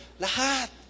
lahat